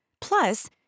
Plus